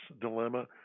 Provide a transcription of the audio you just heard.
dilemma